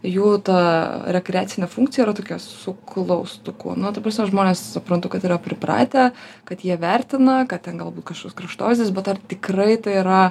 jų ta rekreacinė funkcija yra tokia su klaustuku nu ta prasme žmonės suprantu kad yra pripratę kad jie vertina kad ten galbūt kažkoks kraštovaizdis bet ar tikrai tai yra